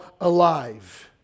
alive